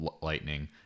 Lightning